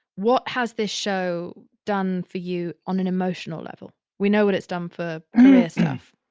what has this show done for you on an emotional level? we know what it's done for career stuff